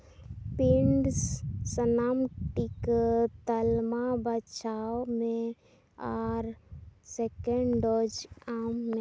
pin ᱥᱟᱱᱟᱢ ᱴᱤᱠᱟᱹ ᱛᱟᱞᱢᱟ ᱵᱟᱪᱷᱟᱣ ᱢᱮ ᱟᱨ ᱥᱮᱠᱮᱱᱰ ᱰᱳᱡᱽ ᱟᱢ ᱢᱮ